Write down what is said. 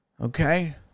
Okay